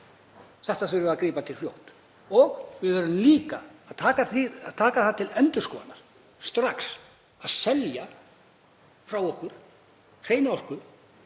Við verðum að grípa til þess fljótt og við verðum líka að taka það til endurskoðunar strax að selja frá okkur hreina orku